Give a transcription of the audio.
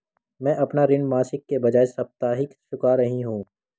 मैं अपना ऋण मासिक के बजाय साप्ताहिक चुका रही हूँ